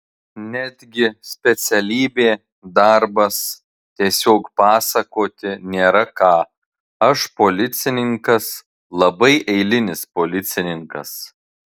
netgi specialybė darbas tiesiog pasakoti nėra ką aš policininkas labai eilinis policininkas